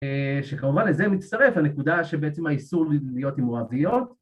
‫שכמובן לזה מצטרף הנקודה ‫שבעצם האיסור להיות עם מואביות.